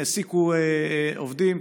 העסיקו עובדים,